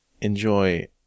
enjoy